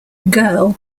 girl